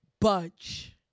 budge